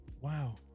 wow